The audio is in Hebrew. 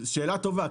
שאלה טובה.